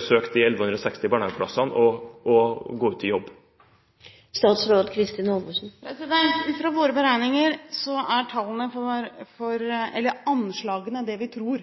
søke om en av de 1160 barnehageplassene og gå ut i jobb? Ut fra våre beregninger er anslagene, det vi tror, følgende: Fordi vi øker kontantstøtten for ettåringer, vil det være 1 970 færre ettåringer som søker. Dette må vi jo ta omtrentlig. Så tror